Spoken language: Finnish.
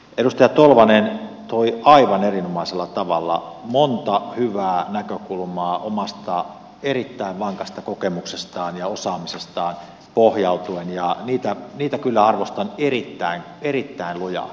edustaja tolvanen toi aivan erinomaisella tavalla monta hyvää näkökulmaa omaan erittäin vankkaan kokemukseensa ja osaamiseensa pohjautuen ja niitä kyllä arvostan erittäin erittäin lujaa